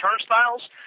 turnstiles